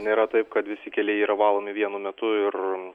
nėra taip kad visi keliai yra valomi vienu metu ir